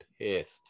pissed